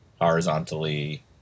horizontally